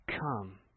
come